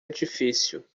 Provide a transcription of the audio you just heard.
edifício